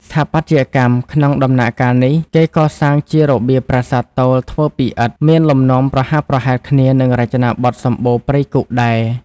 ស្ថាបត្យកម្ម ក្នុងដំណាក់កាលនេះ គេកសាងជារបៀបប្រាសាទទោលធ្វើពីឥដ្ឋ មានលំនាំប្រហាក់ប្រហែលគ្នានឹងរចនាបថសម្បូណ៌ព្រៃគុហ៍ដែរ។